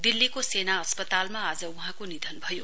दिल्लीको सेना अस्पतालमा आज वहाँको निधन भयो